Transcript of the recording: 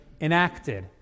enacted